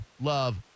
love